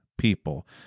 People